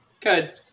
Good